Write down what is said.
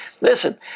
Listen